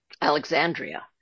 Alexandria